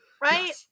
right